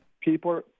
People